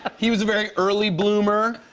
he was a very early bloomer.